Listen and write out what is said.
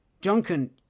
Duncan